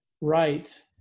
right